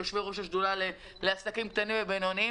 כיושבי ראש השדולה לעסקים קטנים ובינוניים,